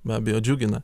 be abejo džiugina